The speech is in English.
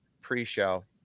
pre-show